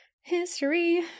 History